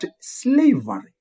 slavery